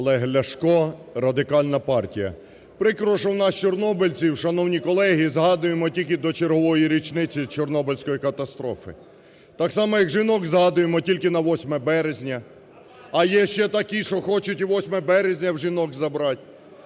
Олег Ляшко, Радикальна партія. Прикро, що в нас чорнобильців, шановні колеги, згадуємо тільки до чергової річниці Чорнобильської катастрофи. Так само, як жінок згадуємо тільки на 8 березня, а є ще такі, що хочуть і 8 березня в жінок забрати.